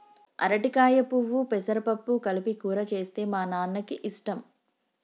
అరటికాయ పువ్వు పెసరపప్పు కలిపి కూర చేస్తే మా నాన్నకి ఇష్టం